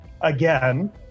again